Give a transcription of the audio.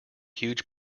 huge